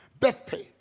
Bethpage